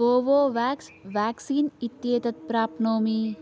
Covovax vaccine इत्येतत् प्राप्नोमि